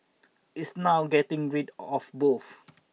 it's now getting rid of both